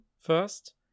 first